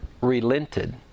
relented